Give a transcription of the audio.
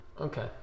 okay